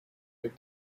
big